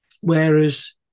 Whereas